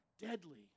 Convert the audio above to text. deadly